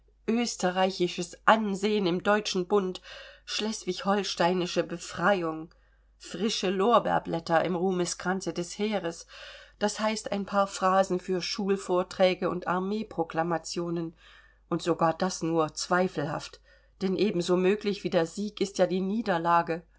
österreichisches ansehen im deutschen bund schleswig holsteinische befreiung frische lorbeerblätter im ruhmeskranze des heeres das heißt ein paar phrasen für schulvorträge und armeeproklamationen und sogar das nur zweifelhaft denn ebenso möglich wie der sieg ist ja die niederlage